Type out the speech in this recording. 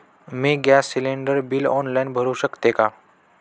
मी gas cylinder bill online भरु शकते का?